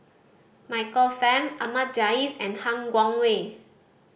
Michael Fam Ahmad Jais and Han Guangwei